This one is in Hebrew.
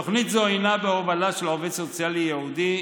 תוכנית זו הינה בהובלה של עובד סוציאלי ייעודי,